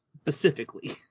specifically